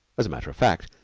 as a matter of fact,